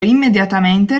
immediatamente